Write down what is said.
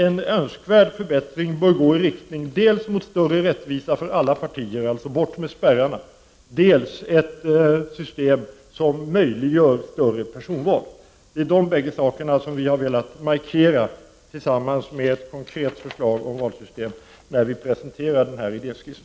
En önskvärd förbättring bör gå i riktning mot dels större rättvisa för alla partier, dvs. genom att spärrarna tas bort, dels ett system som i större utsträckning möjliggör personval. Det är de bägge sakerna som vi har velat markera tillsammans med ett konkret förslag om valsystem när vi har presenterat denna idéskiss.